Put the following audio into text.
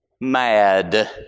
mad